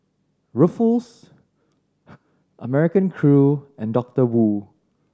Ruffles American Crew and Doctor Wu